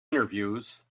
interviews